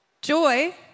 Joy